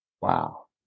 Wow